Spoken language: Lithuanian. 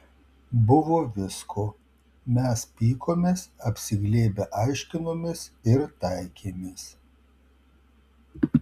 buvo visko mes pykomės apsiglėbę aiškinomės ir taikėmės